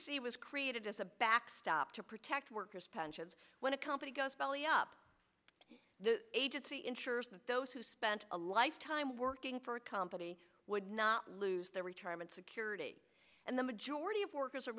c was created as a backstop to protect workers pensions when it comes it goes belly up the agency ensures that those who spent a lifetime working for a company would not lose their retirement security and the majority of workers are